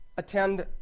Attend